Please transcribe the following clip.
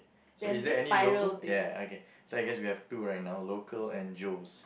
so is there any logo ya okay so I guess we have two right now local and Joe's